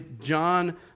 John